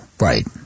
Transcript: Right